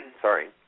Sorry